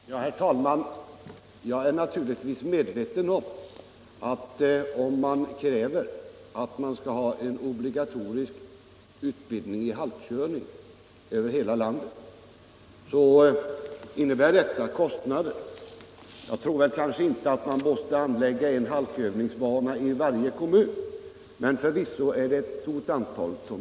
Nr 32 Herr talman! Jag är naturligtvis medveten om att om man kräver ob Onsdagen den ligatorisk utbildning i halkkörning över hela landet innebär detta kost 24 november 1976 nader. Jag tror kanske inte att man måste anlägga en halkövningsbana i varje kommun, men förvisso måste ett stort antal till.